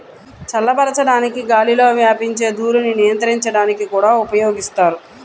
చల్లబరచడానికి గాలిలో వ్యాపించే ధూళిని నియంత్రించడానికి కూడా ఉపయోగిస్తారు